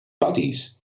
buddies